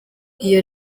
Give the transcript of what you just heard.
iyo